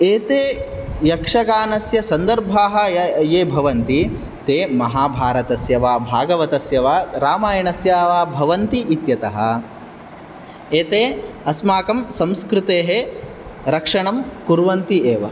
एते यक्षगानस्य सन्दर्भाः य ये भवन्ति ते महाभारतस्य वा भागवतस्य वा रामायणस्य वा भवन्ति इत्यतः एते अस्माकं संस्कृतेः रक्षणं कुर्वन्ति एव